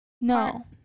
no